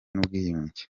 n’ubwiyunge